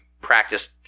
practice